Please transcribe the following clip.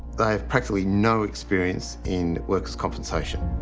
they've practically no experience in workers compensation.